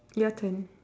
your turn